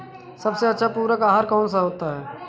सबसे अच्छा पूरक आहार कौन सा होता है?